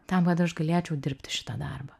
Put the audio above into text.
tam kad aš galėčiau dirbti šitą darbą